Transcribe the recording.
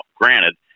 granted